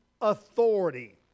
authority